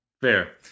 Fair